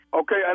okay